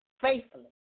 faithfully